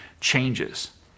changes